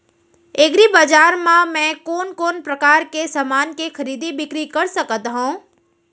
एग्रीबजार मा मैं कोन कोन परकार के समान के खरीदी बिक्री कर सकत हव?